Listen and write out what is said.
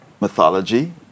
mythology